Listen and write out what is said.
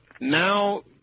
now